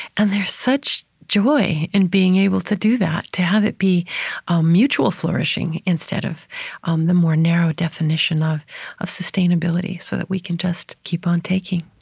and there's such joy in being able to do that, to have it be a mutual flourishing instead of um the more narrow definition of of sustainability so that we can just keep on taking